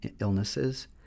illnesses